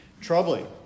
troubling